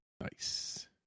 Nice